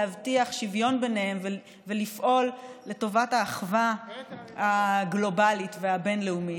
להבטיח שוויון ביניהם ולפעול לטובת האחווה הגלובלית והבין-לאומית.